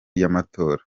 y’amatora